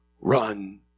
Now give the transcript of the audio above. run